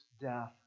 death